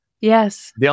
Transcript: Yes